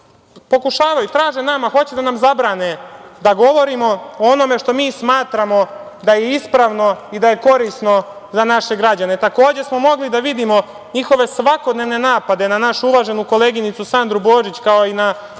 pokušavaju, traže nama, hoće da nam zabrane da govorimo o onome što mi smatramo da je ispravno i da je korisno za naše građane. Takođe smo mogli da vidimo njihove svakodnevne napade na našu uvaženu koleginicu Sandru Božić, kao i na